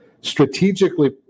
Strategically